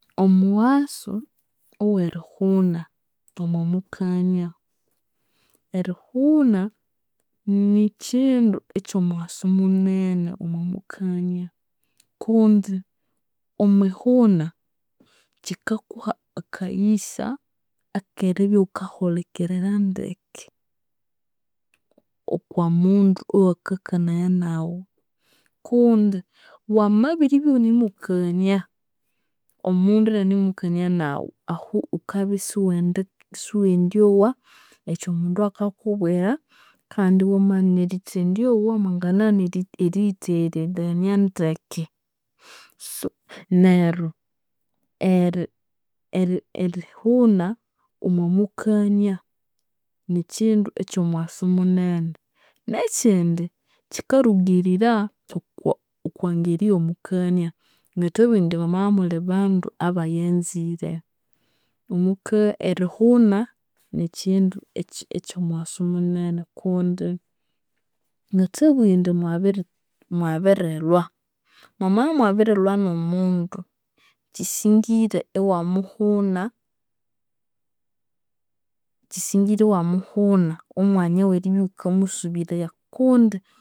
Omughasu owerihuna omwamukania. Erihuna nikyindu ekyomughasu munene omwamukania kundi omwihuna kyikakuha akaghisa akeribya ighukahulikirira ndeke, owakakanaya naghu kundi wamabiribya ighunamukania omundu inianamukania naghu, ahu ghukabya isiwendyowa okyomundu akakubwira kandi wamaghana erithendyowa mwanginaghana eri- erithendi yitheghererangania ndeke. So, neryo eri- erighuna omwamukania nikyindu ekyomughasu munene. Nekyindi kyikarugirira okwa okwangeri eyomukania. Ngathabugha indi mwamabya imuli bandu abayanzire, erihuna nikyindu ekyomughasu munene. Kundi ngathabugha indi mwabirilhwa, mwamabya imwabirilhwa nomundu, kyisingire iwamuhuna, kyisingire iwamuhuna omwanya oweribya ighukamusubiraya kundi